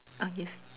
ah yes